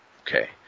Okay